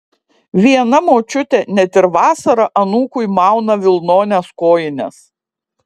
viena močiutė net ir vasarą anūkui mauna vilnones kojines